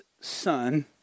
Son